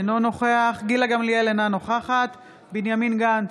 אינו נוכח גילה גמליאל, אינה נוכחת בנימין גנץ,